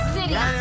City